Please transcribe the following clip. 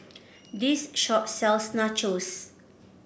this shop sells Nachos